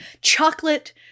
Chocolate